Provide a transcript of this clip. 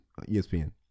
ESPN